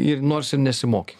ir nors ir nesimokyk